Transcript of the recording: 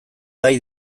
gai